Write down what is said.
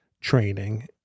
training